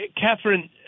Catherine